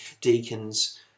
deacons